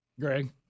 Greg